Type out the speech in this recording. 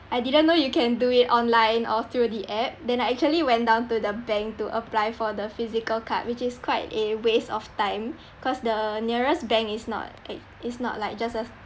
I didn't know you can do it online or through the app then I actually went down to the bank to apply for the physical card which is quite a waste of time cause the nearest bank is not like just a